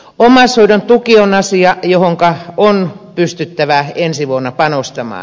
omaishoidon tuki on asia johonka on pystyttävä ensi vuonna panostamaan